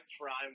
prime